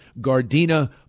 Gardena